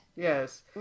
Yes